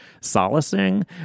solacing